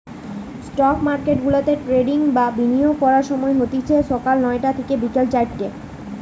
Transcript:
stock মার্কেটগুলাতে trading বা বিনিয়োগ করার সময় হতিছে সকাল নয়টা থিকে বিকেল চারটে